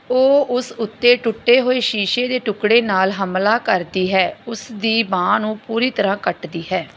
ਉਹ ਉਸ ਉੱਤੇ ਟੁੱਟੇ ਹੋਏ ਸ਼ੀਸ਼ੇ ਦੇ ਟੁਕੜੇ ਨਾਲ ਹਮਲਾ ਕਰਦੀ ਹੈ ਉਸ ਦੀ ਬਾਂਹ ਨੂੰ ਪੂਰੀ ਤਰ੍ਹਾਂ ਕੱਟਦੀ ਹੈ